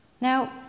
Now